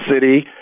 city